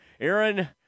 Aaron